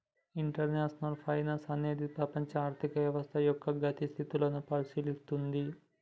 international finance అనేది ప్రపంచ ఆర్థిక వ్యవస్థ యొక్క గతి స్థితులను పరిశీలిత్తది